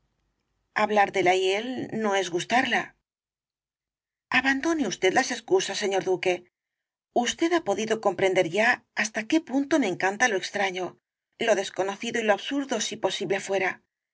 hablar de la hiél no es gustarla abandone usted las excusas señor duque usted ha podido comprender ya hasta qué punto me encanta lo extraño lo desconocido y lo absurdo si posible fuera pues